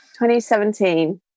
2017